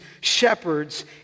shepherds